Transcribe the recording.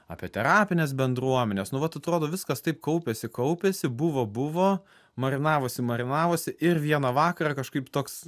apie terapines bendruomenes nu vat atrodo viskas taip kaupėsi kaupėsi buvo buvo marinavosi marinavosi ir vieną vakarą kažkaip toks